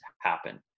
happen